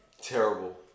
Terrible